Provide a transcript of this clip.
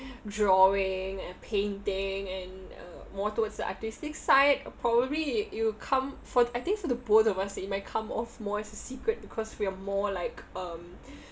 drawing and painting and uh more towards the artistic side uh probably it would come for I think for the both of us it might come off more as a secret because we are more like um